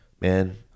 man –